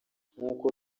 nk’uko